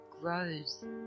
grows